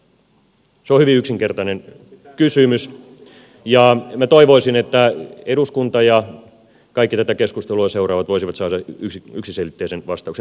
se on hyvin yksinkertainen kysymys ja minä toivoisin että eduskunta ja kaikki tätä keskustelua seuraavat voisivat saada yksiselitteisen vastauksen